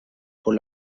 por